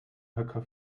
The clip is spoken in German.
höcker